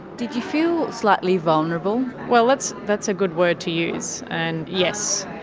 did you feel slightly vulnerable? well, that's that's a good word to use. and yes,